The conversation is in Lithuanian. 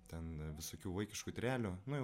ten visokių vaikiškų tyrelių nu jau